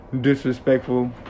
Disrespectful